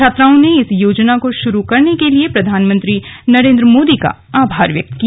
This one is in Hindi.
छात्राओं ने इस योजना को शुरू करने के लिए प्रधानमंत्री नरेन्द्र मोदी का आभार व्यक्त किया